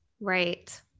Right